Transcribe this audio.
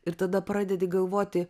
ir tada pradedi galvoti